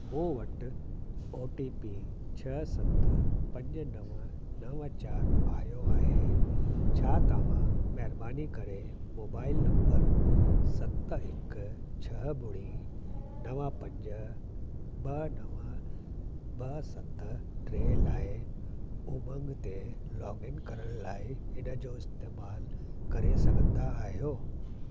मूं वटि O T P छह सत पंज नव नव चारि आयो आहे छा तव्हां महिरबानी करे मोबाइल नंबर सत हिकु छह ॿुड़ी नव पंज ॿ नव ॿ सत टे लाइ उमंग ते लॉगइन करण लाइ इन जो इस्तेमालु करे सघंदा आहियो